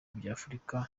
by’afurika